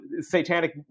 satanic